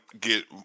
get